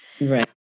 Right